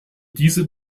diese